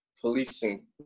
policing